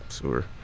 Sure